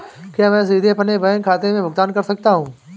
क्या मैं सीधे अपने बैंक खाते से भुगतान कर सकता हूं?